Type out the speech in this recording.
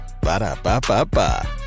Ba-da-ba-ba-ba